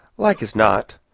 like as not.